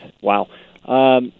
Wow